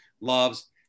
loves